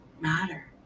matter